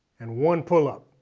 and one pull-up.